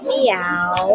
Meow